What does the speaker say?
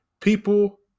people